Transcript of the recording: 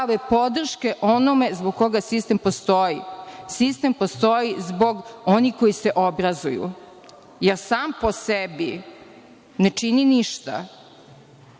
prave podrške onome zbog koga sistem postoji. Sistem postoji zbog onih koji se obrazuju. Jer, sam po sebi, ne čini ništa.